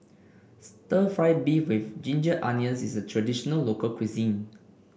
stir fry beef with Ginger Onions is a traditional local cuisine